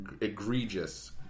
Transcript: egregious